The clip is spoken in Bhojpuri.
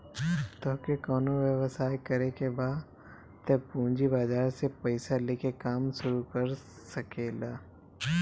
तोहके कवनो व्यवसाय करे के बा तअ पूंजी बाजार से पईसा लेके काम शुरू कर सकेलअ